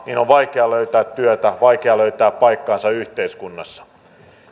on vaikea löytää työtä vaikea löytää paikkaansa yhteiskunnassa